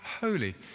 holy